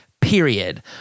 period